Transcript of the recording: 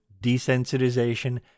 desensitization